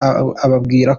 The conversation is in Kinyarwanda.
ababwira